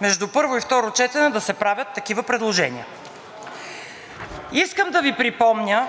между първо и второ четене да се правят такива предложения. Искам да Ви припомня